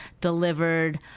delivered